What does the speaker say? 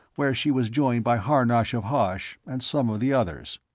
where she was joined by harnosh of hosh and some of the others.